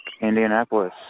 Indianapolis